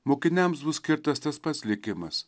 mokiniams bus skirtas tas pats likimas